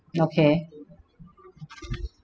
okay